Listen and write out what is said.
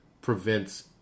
prevents